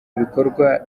ibikorwa